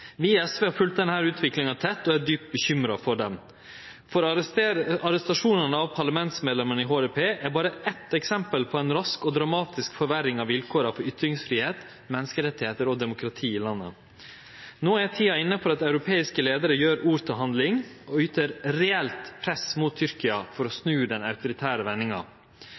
Vi i SV har følgt denne utviklinga tett og er djupt bekymra, for arrestasjonane av parlamentsmedlemmene i HDP er berre eitt eksempel på ei rask og dramatisk forverring av vilkåra for ytringsfridom, menneskerettar og demokrati i landet. No er tida inne for at europeiske leiarar gjer ord til handling og rettar eit reelt press mot Tyrkia for å snu den autoritære vendinga.